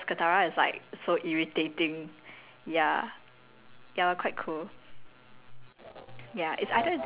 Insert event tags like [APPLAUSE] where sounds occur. [NOISE] err or I'll be a water bender then I'll show up to katara cause katara is like so irritating ya